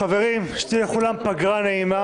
חברים, שתהיה לכולם פגרה נעימה.